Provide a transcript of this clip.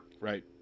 Right